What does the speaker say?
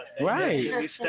Right